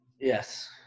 Yes